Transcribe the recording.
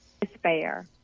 despair